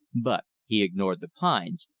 but he ignored the pines,